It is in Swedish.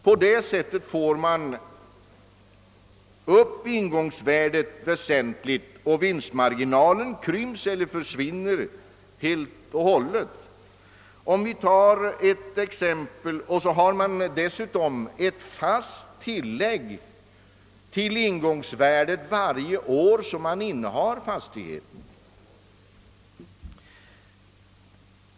På det sättet får man in gångsvärdet väsentligt förhöjt, och vinstmarginalen krymper eller försvinner helt och hållet. Dessutom har man ett fast tillägg till ingångsvärdet för varje år som man innehar fastigheten.